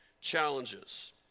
challenges